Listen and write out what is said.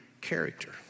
character